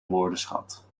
woordenschat